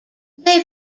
they